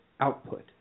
output